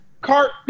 cart